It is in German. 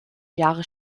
jahre